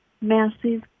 Massive